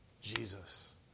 Jesus